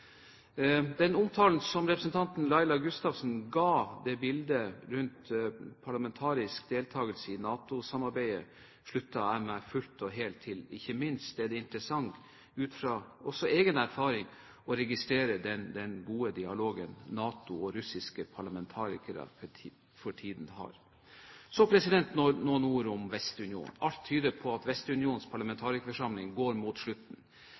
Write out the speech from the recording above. Den omtalen som representanten Laila Gustavsen gav av bildet rundt parlamentarisk deltakelse i NATO-samarbeidet, slutter jeg meg fullt og helt til, og ikke minst er det interessant – også ut fra egen erfaring – å registrere den gode dialogen NATO og russiske parlamentarikere for tiden har. Så noen ord om Vestunionen. Alt tyder på at det går mot slutten